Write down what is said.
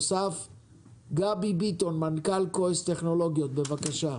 גבי ביטון, מנכ"ל קויס טכנולוגיות, בבקשה.